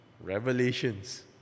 Revelations